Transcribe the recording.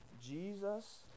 Jesus